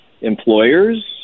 employers